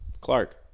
Clark